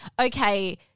okay